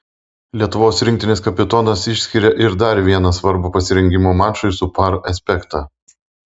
lietuvos rinktinės kapitonas išskiria ir dar vieną svarbų pasirengimo mačui su par aspektą